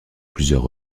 plusieurs